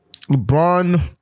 LeBron